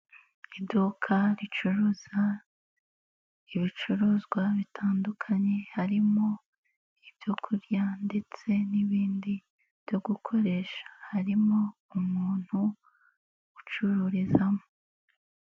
Iduka ricuruza ibicuruzwa bitandukanye harimo ibyo kurya ndetse n'ibindi byo gukoresha harimo umuntu ucururizamo.